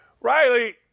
Riley